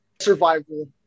Survival